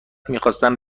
میخواستم